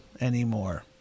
anymore